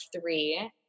three